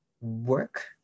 work